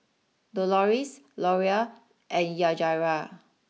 Dolores Loria and Yajaira